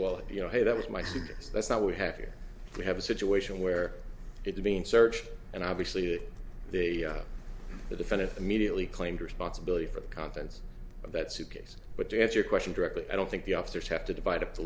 well you know hey that was my students that's not what we have here we have a situation where it's being searched and obviously they the defendant immediately claimed responsibility for the contents of that suitcase but to answer your question directly i don't think the officers have to divide up the